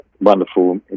wonderful